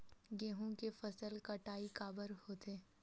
गेहूं के फसल कटाई काबर होथे?